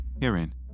herein